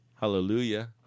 Hallelujah